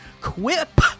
quip